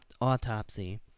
autopsy